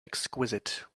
exquisite